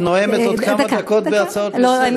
את נואמת בעוד כמה דקות בהצעות לסדר-היום, לא?